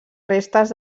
restes